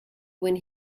when